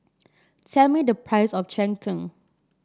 tell me the price of Cheng Tng